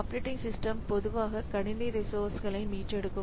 operating system பொதுவாக கணினி ரிசோர்சஸ்களை மீட்டெடுக்கும்